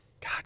God